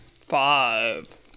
Five